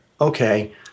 okay